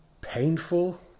painful